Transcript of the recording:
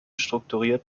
strukturiert